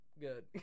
good